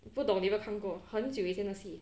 不懂你有没有看过很久以前的戏